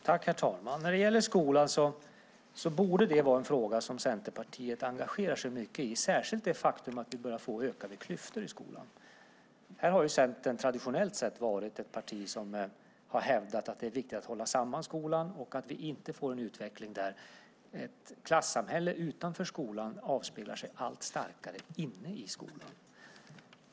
Herr talman! När det gäller skolan borde det vara en fråga som Centerpartiet engagerar sig starkt i, särskilt med tanke på att vi börjar få ökade klyftor i skolan. Här har Centern traditionellt varit ett parti som hävdat att det är viktigt att hålla samman skolan och att vi inte ska ha en utveckling där ett klassamhälle utanför skolan allt starkare avspeglar sig inne i skolan.